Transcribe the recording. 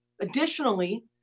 Additionally